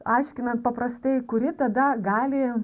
aiškinant paprastai kuri tada gali